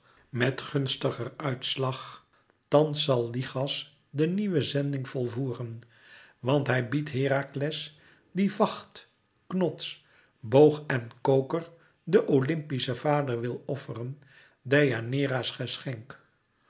met gunstiger uitslag thans zal lichas de nieuwe zending volvoeren want hij biedt herakles die vacht knots boog en koker den oympischen vader wil offeren deianeira's geschenk